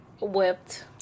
whipped